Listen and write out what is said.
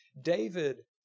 David